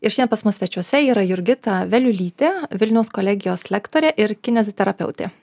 ir šiandien pas mus svečiuose yra jurgita veliulytė vilniaus kolegijos lektorė ir kineziterapeutė